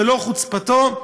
במלוא חוצפתו,